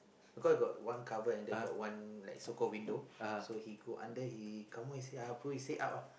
because got one cupboard and they got one like so called window so he go under he come up his head I pull his head up ah